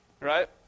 Right